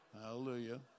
Hallelujah